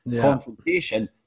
confrontation